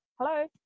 Hello